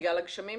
בגלל הגשמים.